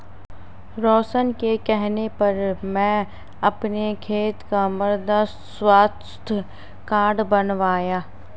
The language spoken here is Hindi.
रोशन के कहने पर मैं अपने खेत का मृदा स्वास्थ्य कार्ड बनवाया